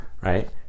right